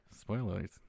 spoilers